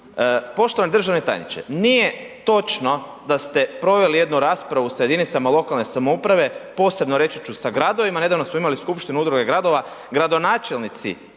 Poštovani državni tajniče, nije točno da ste proveli jednu raspravu sa jedinicama lokalne samouprave, posebno reći ću sa gradovima, nedavno smo imali skupštinu Udruge gradova, gradonačelnici